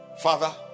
father